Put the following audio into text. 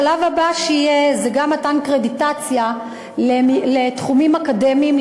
השלב הבא שיהיה זה גם קרדיטציה לתחומים אקדמיים,